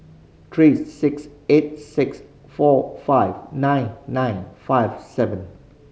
three six eight six four five nine nine five seven